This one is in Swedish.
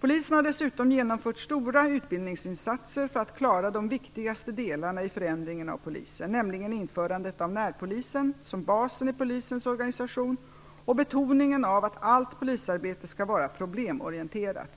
Polisen har dessutom genomfört stora utbildningsinsatser för att klara de viktigaste delarna i förändringen av polisen, nämligen införandet av närpolisen som basen i polisens organisation och betoningen av att allt polisarbete skall vara problemorienterat.